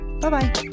bye-bye